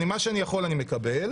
מה שאני יכול, אני מקבל.